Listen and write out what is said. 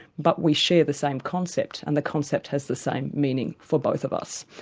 but we share the same concept, and the concept has the same meaning for both of us.